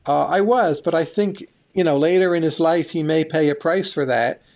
i was, but i think you know later in his life he may pay a price for that.